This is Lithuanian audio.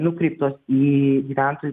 nukreiptos į gyventojų